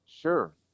Sure